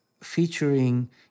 featuring